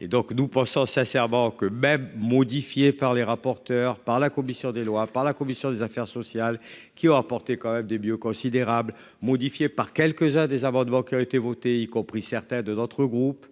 et donc nous pensons sincèrement que même modifié par les rapporteurs par la commission des lois par la commission des affaires sociales qui ont emporté quand même des vieux considérable modifié par quelques-uns des amendements qui ont été votées, y compris certains de notre groupe,